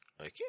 okay